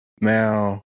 Now